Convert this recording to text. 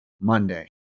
Monday